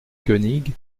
koenig